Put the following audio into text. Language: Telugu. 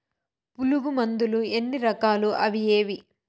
పులుగు మందులు ఎన్ని రకాలు అవి ఏవి?